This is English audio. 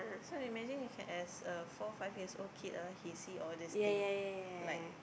so imagine you can as a four five years old kid ah he see all this thing like